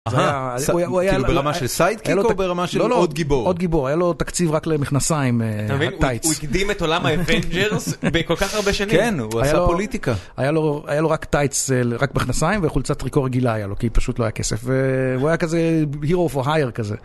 כאילו ברמה של סיידקיק או ברמה של עוד גיבור? לא לא, עוד גיבור, היה לו תקציב רק למכנסיים, טייץ. אתה מבין, הוא הקדים את עולם האבנג'רס בכל כך הרבה שנים? כן, הוא עשה פוליטיקה. היה לו רק טייץ רק בכנסיים וחולצת טריקו רגילה היה לו, כי פשוט לא היה כסף. והוא היה כזה Hero for hire כזה.